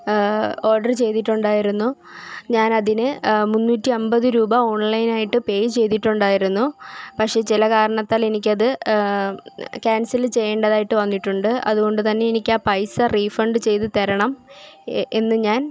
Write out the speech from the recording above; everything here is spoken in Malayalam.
ഓർഡറ് ചെയ്തിട്ടുണ്ടായിരുന്നു ഞാനതിന് മുന്നൂറ്റി അമ്പത് രൂപ ഓൺലൈനായിട്ട് പേ ചെയ്തിട്ടുണ്ടായിരുന്നു പക്ഷെ ചില കാരണത്താൽ എനിക്കത് ക്യാൻസല് ചെയ്യേണ്ടതായിട്ട് വന്നിട്ടുണ്ട് അതുകൊണ്ട് തന്നെ എനിക്കാ പൈസ റീഫണ്ട് ചെയ്ത് തരണം എന്ന് ഞാൻ